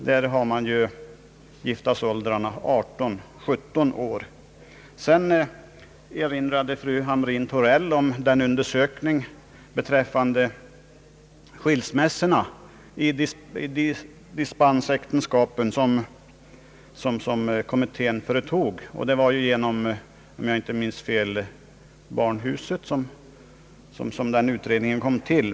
Fru Hamrin-Thorell erinrade också om den undersökning som familjerättskommittén gjorde beträffande skilsmäs sorna i dispensäktenskapen; om jag inte minns fel var det genom barnhuset som den utredningen kom till.